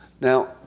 Now